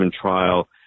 trial